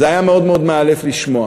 זה היה מאוד מאוד מאלף לשמוע.